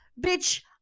bitch